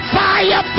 fire